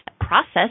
process